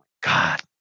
God